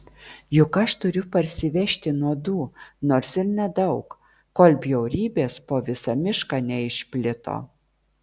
juk aš turiu parsivežti nuodų nors ir nedaug kol bjaurybės po visą mišką neišplito